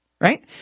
Right